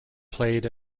played